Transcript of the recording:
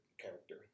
character